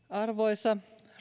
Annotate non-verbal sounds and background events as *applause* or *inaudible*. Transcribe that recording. *unintelligible* arvoisa